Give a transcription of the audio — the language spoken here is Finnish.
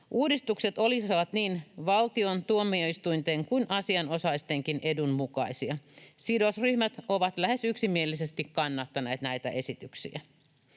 Uudistukset olisivat niin valtion, tuomioistuinten kuin asianosaistenkin edun mukaisia. Sidosryhmät ovat lähes yksimielisesti kannattaneet näitä esityksiä.